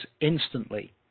instantly